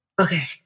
okay